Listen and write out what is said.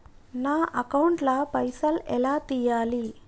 నా అకౌంట్ ల పైసల్ ఎలా తీయాలి?